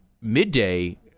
midday